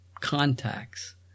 contacts